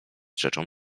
rzeczą